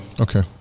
Okay